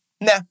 Nah